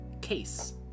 Case